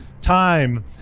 Time